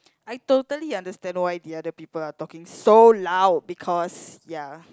I totally understand why the other people are talking so loud because ya